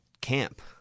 camp